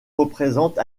représente